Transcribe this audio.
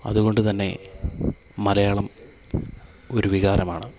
അതുകൊണ്ടു തന്നെ മലയാളം ഒരു വികാരമാണ്